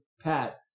Pat